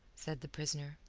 said the prisoner.